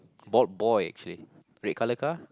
bald boy actually red color car